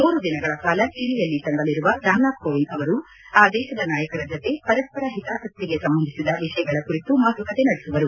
ಮೂರು ದಿನಗಳ ಕಾಲ ಚಲಿಯಲ್ಲಿ ತಂಗಲಿರುವ ಕಾಮನಾಥ್ ಕೋವಿಂದ್ ಅವರು ಆ ದೇಶದ ನಾಯಕರ ಜತೆ ಪರಸ್ವರ ಹಿತಾಸಕ್ತಿಗೆ ಸಂಬಂಧಿಸಿದ ವಿಷಯಗಳ ಕುರಿತು ಮಾತುಕತೆ ನಡೆಸುವರು